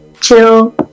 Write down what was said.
chill